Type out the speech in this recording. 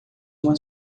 uma